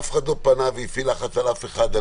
אף אחד לא פנה והפעיל לחץ על אף אחד.